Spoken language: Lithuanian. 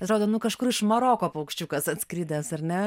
atrodo nu kažkur iš maroko paukščiukas atskridęs ar ne